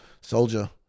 soldier